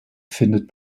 findet